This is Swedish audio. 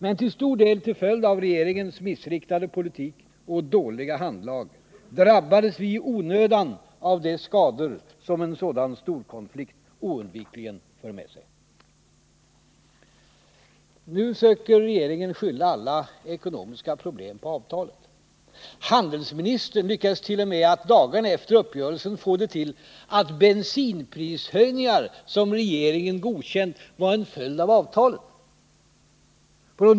Men till stor del till följd av regeringens missriktade politik och dåliga handlag drabbades vi i onödan av de skador som en sådan storkonflikt oundvikligen för med sig. Nu söker regeringen skylla alla ekonomiska problem på avtalet. Handelsministern lyckades t.o.m. dagarna efter uppgörelsen få det till att bensinprishöjningar som regeringen godkänt, var en följd av avtalet.